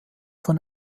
von